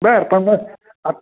बरं पण हा